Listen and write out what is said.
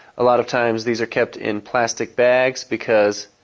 a lot of times these are kept in plastic bags because